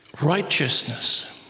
Righteousness